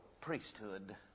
priesthood